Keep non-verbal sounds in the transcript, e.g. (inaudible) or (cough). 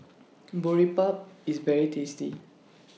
(noise) Boribap IS very tasty